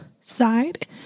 side